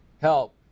help